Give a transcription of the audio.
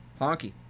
Honky